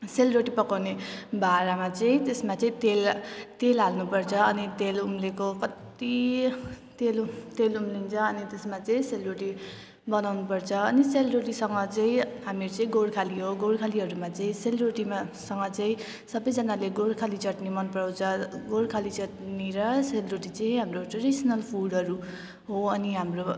सेलरोटी पकाउने भाँडामा चाहिँ त्यसमा चाहिँ तेल तेल हाल्नुपर्छ अनि तेल उम्लेको कत्ति तेल तेल उम्लिन्छ अनि त्यसमा चाहिँ सेलरोटी बनाउनुपर्छ अनि सेलरोटीसँग चाहिँ हामी चाहिँ गोर्खाली हौँ गोर्खालीहरूमा चाहिँ सेलरोटीमा सँग चाहिँ सबैजनाले गोर्खाली चटनी मनपराउँछ गोर्खाली चटनी र सेलरोटी चाहिँ हाम्रो ट्रेडिसनल फुडहरू हो अनि हाम्रो